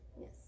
Yes